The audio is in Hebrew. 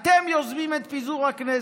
אתם יוזמים את פיזור הכנסת.